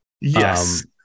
yes